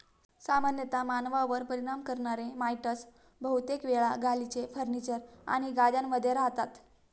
सामान्यतः मानवांवर परिणाम करणारे माइटस बहुतेक वेळा गालिचे, फर्निचर आणि गाद्यांमध्ये रहातात